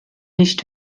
nicht